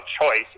choice